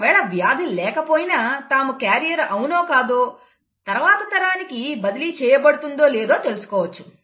ఒకవేళ వ్యాధి లేకపోయినా తాము క్యారియర్ అవునో కాదో తరువాత తరానికి బదిలీ చేయబడుతుందో లేదో తెలుసుకోవచ్చు